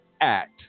Act